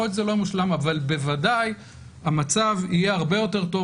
יכול להיות שזה לא מושלם אבל בוודאי המצב יהיה הרבה יותר טוב